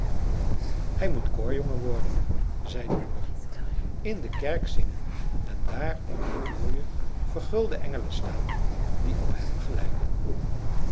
hij moet koorjongen worden zei zijn moeder in de kerk zingen en daar onder de mooie vergulde engelen staan die op hem gelijken